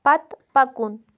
پتہٕ پکُن